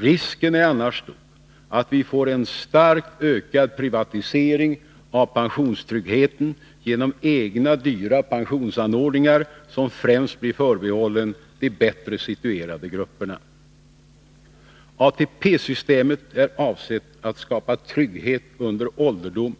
Risken är annars stor att vi får en starkt ökad privatisering av pensionstryggheten genom egna dyra pensionsanordningar som blir förbehållna främst de bättre situerade grupperna. ATP-systemet är avsett att skapa trygghet under ålderdomen,